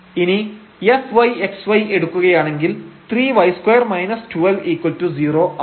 ഇനി fy xy എടുക്കുകയാണെങ്കിൽ 3y2 120 ആവും